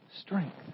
strength